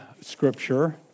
scripture